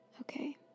Okay